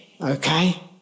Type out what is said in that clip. Okay